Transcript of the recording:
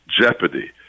jeopardy